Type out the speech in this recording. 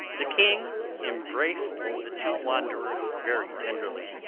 the king embraced the two wanderers very tenderly.